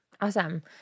awesome